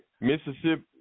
Mississippi